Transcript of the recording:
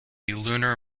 lunar